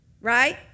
Right